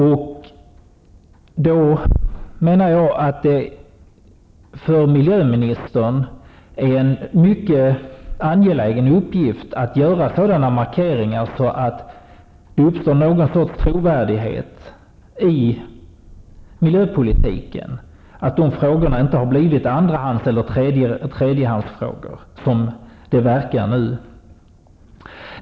Jag menar att det för miljöministern är en mycket angelägen uppgift att göra sådana markeringar att det uppstår någon sorts trovärdighet i miljöpolitiken, markeringar av att de frågorna inte har blivit andrahands eller tredjehandsfrågor, som det verkar nu.